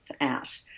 out